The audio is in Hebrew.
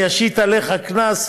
אני אשית עליך קנס,